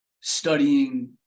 studying